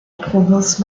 province